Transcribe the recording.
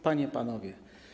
Panie i Panowie!